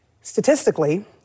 Statistically